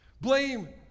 Blame